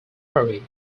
hurry